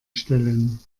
stellen